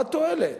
מה התועלת?